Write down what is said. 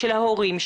של ההורים,